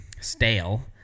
stale